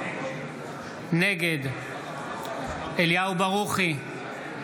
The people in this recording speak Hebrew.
נגד אליהו ברוכי,